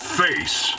face